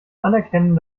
anerkennen